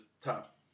top